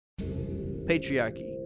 Patriarchy